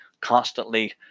constantly